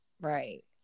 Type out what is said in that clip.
Right